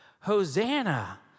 Hosanna